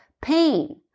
pain